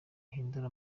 ihindura